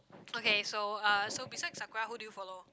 okay so uh so besides Sakura who do you follow